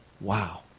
Wow